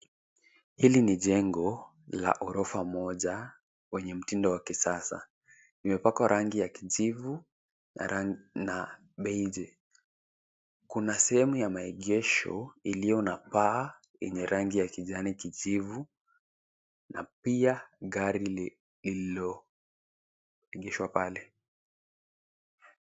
Hili ni jengo la ghorofa moja wenye mtindo wa kisasa. Limepakwa rangi ya kijivu na beije . Kuna sehemu ya maegesho iliyo na paa yenye rangi ya kijani kijivu na pia gari ililoegeshwa pale.